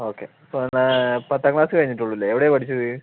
okay പത്താം class കഴിഞ്ഞിട്ടുള്ളൂല്ലേ എവിടെയാ പഠിച്ചത്